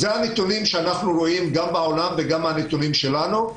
אלה הנתונים שאנחנו רואים גם בעולם וגם מהנתונים שלנו.